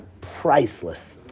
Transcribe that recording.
priceless